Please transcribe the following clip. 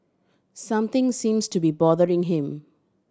something seems to be bothering him